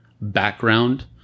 background